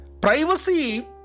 Privacy